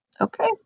Okay